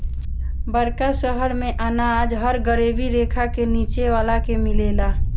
बड़का शहर मेंअनाज हर गरीबी रेखा के नीचे वाला के मिलेला